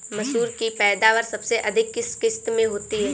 मसूर की पैदावार सबसे अधिक किस किश्त में होती है?